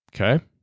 Okay